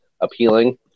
appealing